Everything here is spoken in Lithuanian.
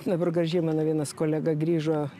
dabar gražiai mano vienas kolega grįžo